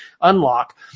unlock